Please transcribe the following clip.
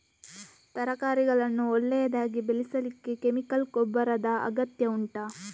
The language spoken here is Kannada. ತರಕಾರಿಗಳನ್ನು ಒಳ್ಳೆಯದಾಗಿ ಬೆಳೆಸಲಿಕ್ಕೆ ಕೆಮಿಕಲ್ ಗೊಬ್ಬರದ ಅಗತ್ಯ ಉಂಟಾ